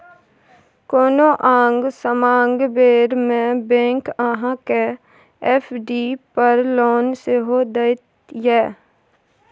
कोनो आंग समांग बेर मे बैंक अहाँ केँ एफ.डी पर लोन सेहो दैत यै